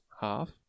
half